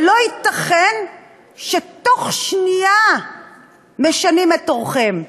לא ייתכן שתוך שנייה אתם משנים את עורכם.